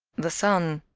the sun,